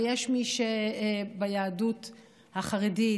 ויש מי שביהדות החרדית,